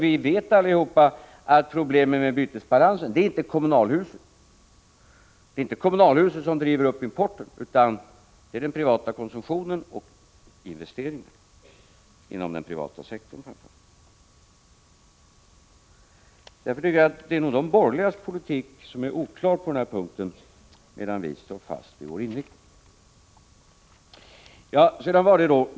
Vi vet ju alla att problemet med bytesbalansen inte gäller kommunalhusen. Det är ju inte kommunalhusen som driver upp importen, utan det är självfallet den privata konsumtionen och investeringarna inom den privata sektorn. Det är nog de borgerligas politik som är oklar på denna punkt. För vår del står vi fast vid vår inriktning.